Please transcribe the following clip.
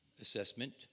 assessment